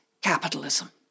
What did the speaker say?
capitalism